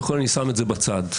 אני שם את זה בצד.